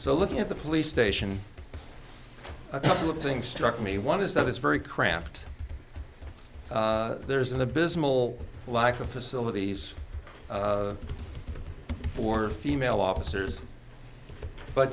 so looking at the police station a couple of things struck me one is that it's very cramped there's an abysmal lack of facilities for female officers but